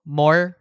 more